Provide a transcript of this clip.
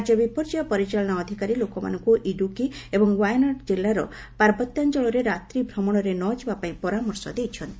ରାଜ୍ୟ ବିପର୍ଯ୍ୟୟ ପରିଚାଳନା ଅଧିକାରୀ ଲୋକମାନଙ୍କୁ ଇଡ଼ୁକି ଏବଂ ଓ୍ୱାୟାନାଡ଼ କିଲ୍ଲାର ପାର୍ବତ୍ୟାଞ୍ଚଳରେ ରାତ୍ରି ଭ୍ରମଣରେ ନ ଯିବାପାଇଁ ପରାମର୍ଶ ଦେଇଛନ୍ତି